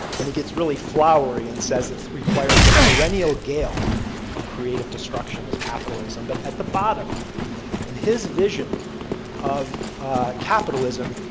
and he gets really flowery and says it requires the perennial gale of creative destruction as capitalism. but at the bottom in his vision of capitalism,